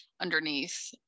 underneath